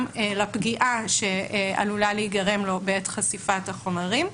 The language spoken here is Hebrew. לפגיעה שעלולה להיגרם לו בעת חשיפת החומרים.